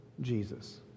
Jesus